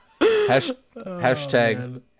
hashtag